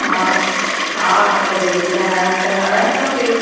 हा हा त जल चढ़ाइण जो त हणणु खपे